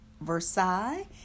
Versailles